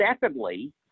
Secondly